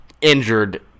injured